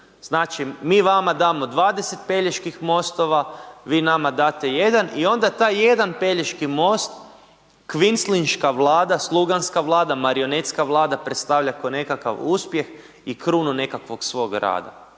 Znači, mi vama damo 20 Peljeških mostova, vi nama date jedan, i onda taj jedan Pelješki most kvislingška vlada, sluganska vlada, marionetska vlada, predstavlja kao nekakav uspjeh i krunu nekakvog svog rada.